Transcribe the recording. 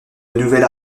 nouvelles